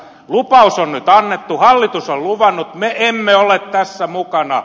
lupaus on nyt annettu hallitus on luvannut me emme ole tässä mukana